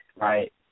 right